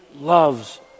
loves